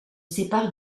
sépare